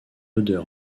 odeur